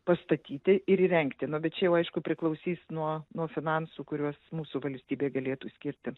pastatyti ir įrengti nu bet čia jau aišku priklausys nuo nuo finansų kuriuos mūsų valstybė galėtų skirti